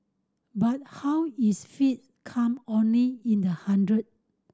but how is fee come only in the hundred